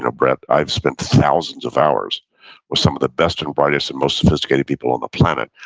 ah brett, i've spent thousands of hours with some of the best and brightest and most sophisticated people on the planet,